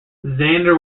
zander